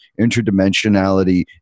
interdimensionality